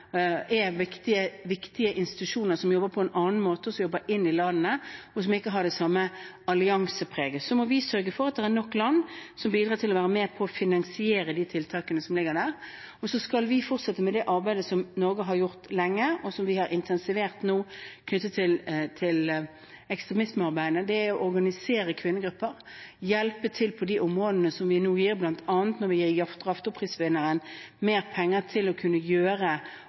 er viktige institusjoner som jobber på en annen måte, som jobber innad i landene, og som ikke har det samme alliansepreget. Vi må sørge for at det er nok land som bidrar til å være med på å finansiere de tiltakene som ligger der, og så skal vi fortsette med det arbeidet som Norge har gjort lenge, og som vi nå har intensivert, knyttet til ekstremismearbeid. Det er å organisere kvinnegrupper og hjelpe til på de områdene som vi nå gjør, bl.a. når vi gir Raftoprisvinneren mer penger til å kunne